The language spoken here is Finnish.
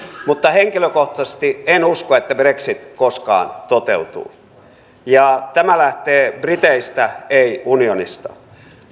mutta henkilökohtaisesti en usko että brexit koskaan toteutuu tämä lähtee briteistä ei unionista